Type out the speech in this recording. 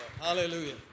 Hallelujah